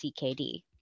CKD